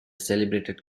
celebrated